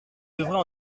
devrais